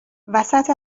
وسط